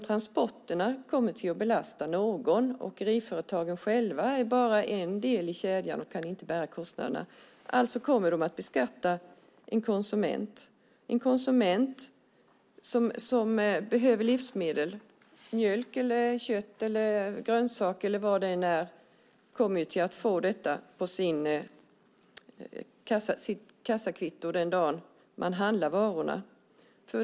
Transporterna kommer att belasta någon. Åkeriföretagen själva är bara en del i kedjan och kan inte bära kostnaderna. De kommer alltså att belasta en konsument. En konsument som behöver livsmedel, mjölk, kött, grönsaker eller vad det än är, kommer att få detta på sitt kassakvitto den dagen man handlar varorna.